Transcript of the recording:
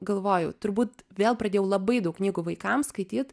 galvojau turbūt vėl pradėjau labai daug knygų vaikam skaityt